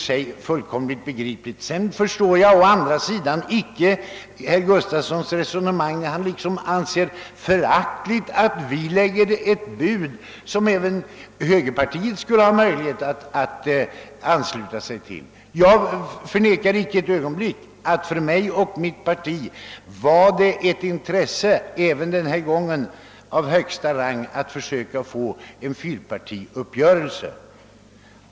Det är väl fullt begripligt att vi handlade så. Jag förstår inte herr Gustafssons resonemang när han betecknade som en smula föraktligt att vi lade ett bud som även högerpartiet skulle ha möjlighet att ansluta sig till. Jag förnekar inte eit ögonblick att för mig och mitt parti var det även denna gång ett intresse av första ordningen att vi skulle få till stånd en fyrpartiuppgörelse.